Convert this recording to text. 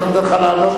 הייתי נותן לך לעלות.